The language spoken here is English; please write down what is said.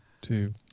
two